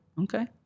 Okay